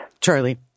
Charlie